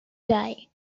die